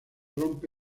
rompe